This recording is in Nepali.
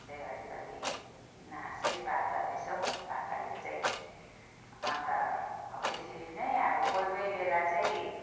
चाहिँ अलिकति नासै पार्दारहेछ हौ बाख्राले चाहिँ अन्त त्यसरी नै अब कोही कोही बेला चाहिँ